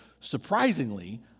surprisingly